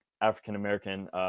African-American